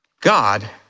God